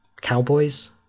cowboys